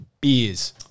beers